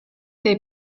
they